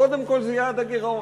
קודם כול, יעד הגירעון.